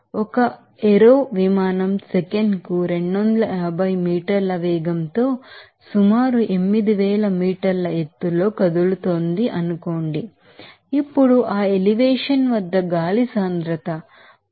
ఒక ఏరో విమానం సెకనుకు 250 మీటర్ల వేగంతో సుమారు 8000 మీటర్ల ఎత్తులో కదులుతోందనుకోండి ఇప్పుడు ఆ ఎలివేషన్ వద్ద గాలి సాంద్రత 0